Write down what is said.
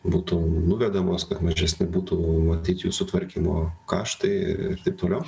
būtų nuvedamos kad mažesni būtų matyt jų sutvarkymo kaštai ir taip toliau